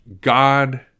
God